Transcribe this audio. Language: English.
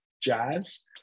jazz